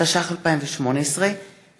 התשע"ח 2018,